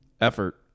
effort